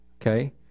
okay